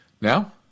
Now